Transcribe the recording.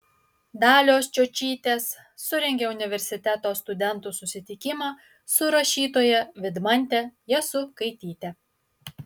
dalios čiočytės surengė universiteto studentų susitikimą su rašytoja vidmante jasukaityte